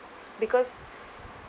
because